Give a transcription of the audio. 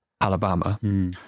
Alabama